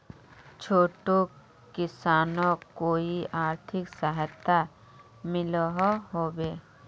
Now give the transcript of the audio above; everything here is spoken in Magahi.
छोटो किसानोक कोई आर्थिक सहायता मिलोहो होबे?